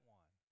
one